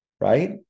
Right